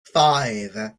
five